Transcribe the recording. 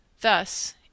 Thus